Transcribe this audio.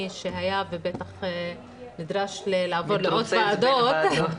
שהיה ובטח נדרש לעבור לעוד ועדות,